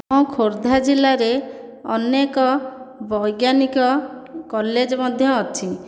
ଆମ ଖୋର୍ଦ୍ଧା ଜିଲ୍ଲାରେ ଅନେକ ବୈଜ୍ଞାନିକ କଲେଜ ମଧ୍ୟ ଅଛି